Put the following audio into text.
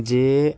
যে